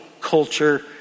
culture